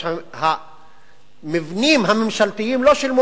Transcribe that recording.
על המבנים הממשלתיים לא שילמו ארנונה.